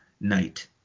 night